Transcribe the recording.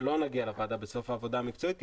לא נגיע לוועדה בסוף העבודה המקצועית,